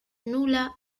nula